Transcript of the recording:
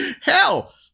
Hell